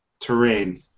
terrain